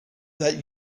that